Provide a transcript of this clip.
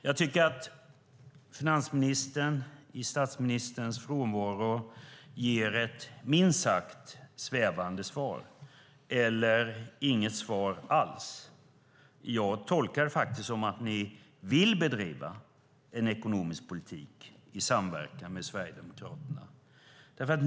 Jag tycker att finansministern i statsministerns frånvaro ger ett minst sagt svävande svar eller inget svar alls. Jag tolkar det faktiskt som att ni vill bedriva en ekonomisk politik i samverkan med Sverigedemokraterna.